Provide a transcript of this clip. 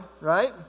right